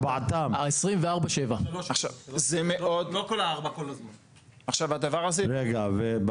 24/7. גם